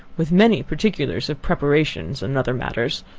with many particulars of preparations and other matters.